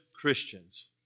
Christians